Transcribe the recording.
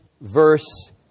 verse